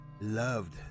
loved